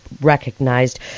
recognized